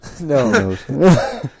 No